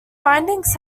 findings